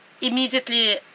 immediately